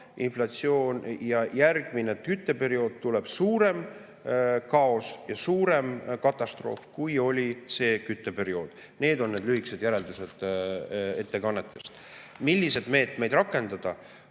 veelgi ja järgmisel kütteperioodil tuleb suurem kaos ja suurem katastroof, kui oli sel kütteperioodil. Need on lühikesed järeldused ettekannetest. Milliseid meetmeid rakendada